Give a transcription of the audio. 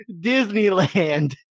Disneyland